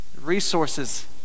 resources